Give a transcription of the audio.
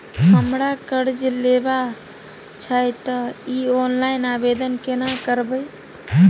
हमरा कर्ज लेबा छै त इ ऑनलाइन आवेदन केना करबै?